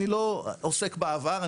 אני לא עוסק בעבר.